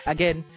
Again